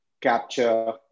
capture